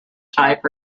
type